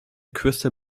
crystal